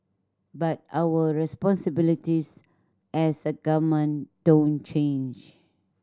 but our responsibilities as a government don't change